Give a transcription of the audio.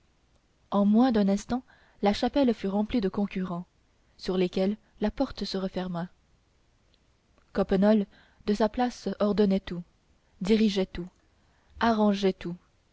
en moins d'un instant la chapelle fut remplie de concurrents sur lesquels la porte se referma coppenole de sa place ordonnait tout dirigeait tout arrangeait tout